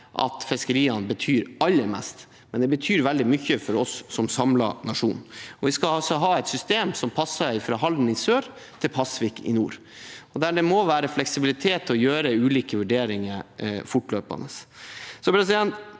fiskeriene betyr aller mest, men det betyr også veldig mye for oss som en samlet nasjon. Vi skal ha et system som passer fra Halden i sør til Pasvik i nord, der det må være fleksibilitet til å gjøre ulike vurderinger fortløpende.